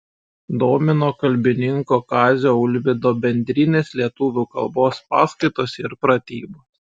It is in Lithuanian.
domino kalbininko kazio ulvydo bendrinės lietuvių kalbos paskaitos ir pratybos